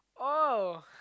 oh